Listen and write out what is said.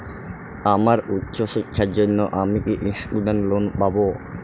আমার উচ্চ শিক্ষার জন্য আমি কি স্টুডেন্ট লোন পাবো